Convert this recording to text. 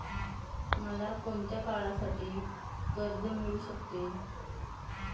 मला कोणत्या काळासाठी कर्ज मिळू शकते?